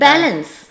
Balance